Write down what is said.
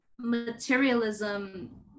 materialism